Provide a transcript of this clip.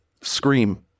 scream